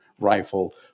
rifle